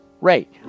Right